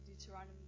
Deuteronomy